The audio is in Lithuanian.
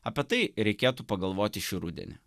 apie tai reikėtų pagalvoti šį rudenį